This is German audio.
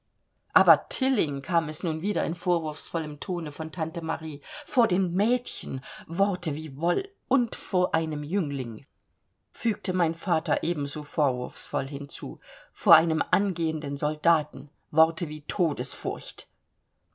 aber tilling kam es nun wieder in vorwurfsvollem tone von tante marie vor den mädchen worte wie wolund vor einem jüngling fügte mein vater eben so vorwurfsvoll hinzu vor einem angehenden soldaten worte wie todesfurcht